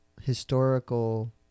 historical